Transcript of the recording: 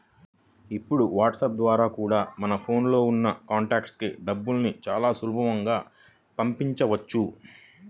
ఇప్పుడు వాట్సాప్ ద్వారా కూడా మన ఫోన్ లో ఉన్న కాంటాక్ట్స్ కి డబ్బుని చాలా సులభంగా పంపించవచ్చు